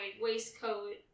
waistcoat